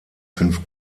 fünf